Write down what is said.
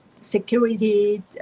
security